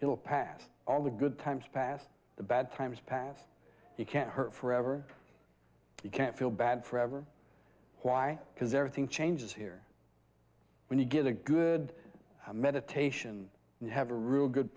will pass all the good times past the bad times past it can't hurt forever you can't feel bad for ever why because everything changes here when you get a good meditation and you have a real good